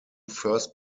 first